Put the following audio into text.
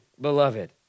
beloved